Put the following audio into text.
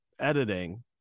editing